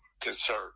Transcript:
concern